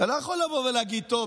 אתה לא יכול לבוא ולהגיד: טוב,